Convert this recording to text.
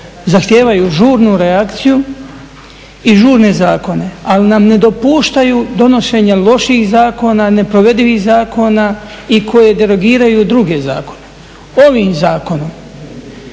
zahtijevaju žurnu reakciju i žurne zakone ali nam ne dopuštaju donošenje loših zakona, neprovedivih zakona i koji derogiraju druge zakone. Ovim zakonom